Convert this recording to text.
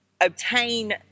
obtain